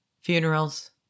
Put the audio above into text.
funerals